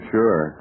sure